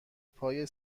پای